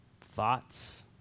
thoughts